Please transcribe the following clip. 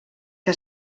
que